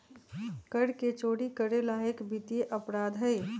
कर के चोरी करे ला एक वित्तीय अपराध हई